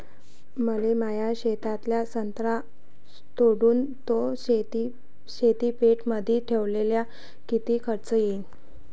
मले माया शेतातला संत्रा तोडून तो शीतपेटीमंदी ठेवायले किती खर्च येईन?